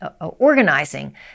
organizing